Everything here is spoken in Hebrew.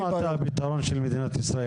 --- אז למה אתה הפתרון של מדינת ישראל?